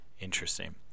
interesting